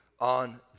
on